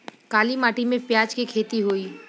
काली माटी में प्याज के खेती होई?